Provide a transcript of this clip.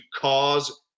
cause